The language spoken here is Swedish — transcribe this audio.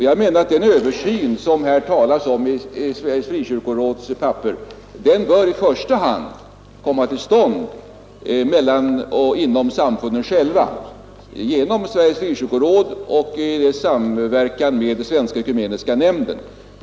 Jag menar att den översyn som det talas om i Sveriges frikyrkoråds papper i första hand bör komma till stånd mellan och inom samfunden själva genom Sveriges frikyrkoråd och i samverkan med Svenska ekumeniska nämnden.